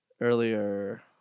earlier